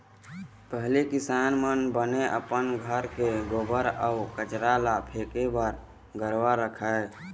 पहिली किसान मन बने अपन घर के गोबर अउ कचरा ल फेके बर घुरूवा रखय